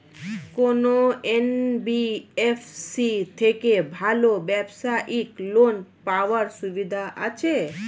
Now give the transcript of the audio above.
কোন এন.বি.এফ.সি থেকে ভালো ব্যবসায়িক লোন পাওয়ার সুবিধা আছে?